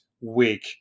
week